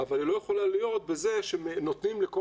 אבל היא לא יכולה להיות בכך שנותנים לכל